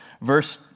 Verse